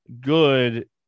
good